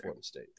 state